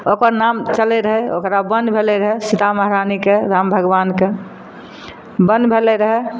ओकर नाम चलै रहै ओकरा बन भेलै रहए सीता महरानीके राम भगबानके बन भेलै रहए